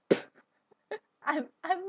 I'm I'm